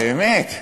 ביום רביעי.